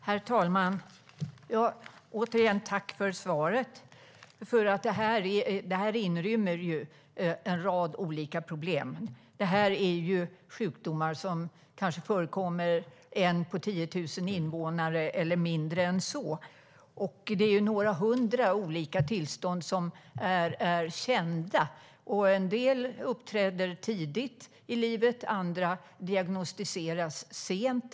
Herr talman! Jag vill tacka för svaret. Det här inrymmer en rad olika problem. De här sjukdomarna förekommer för kanske 1 på 10 000 invånare, eller mindre än så. Det är några hundra olika tillstånd som är kända. En del uppträder tidigt i livet. Andra diagnostiseras sent.